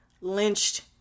lynched